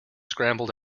scrambled